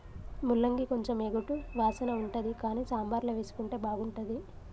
ముల్లంగి కొంచెం ఎగటు వాసన ఉంటది కానీ సాంబార్ల వేసుకుంటే బాగుంటుంది